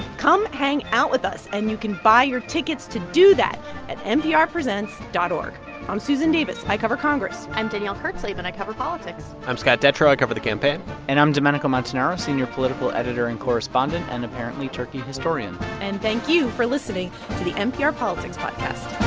come hang out with us, and you can buy your tickets to do that at nprpresents dot o r g i'm susan davis. i cover congress i'm danielle kurtzleben. i cover politics i'm scott detrow. i cover the campaign and i'm domenico montanaro, senior political editor and correspondent and, apparently, turkey historian and thank you for listening to the npr politics podcast